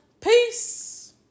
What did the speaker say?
Peace